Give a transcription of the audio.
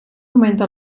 augmenta